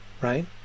right